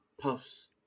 puffs